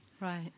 Right